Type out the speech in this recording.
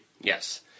Yes